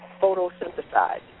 photosynthesize